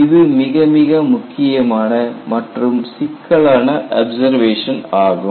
இது மிக மிக முக்கியமான மற்றும் சிக்கலான அப்சர்வேஷன் ஆகும்